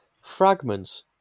Fragments